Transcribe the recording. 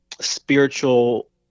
spiritual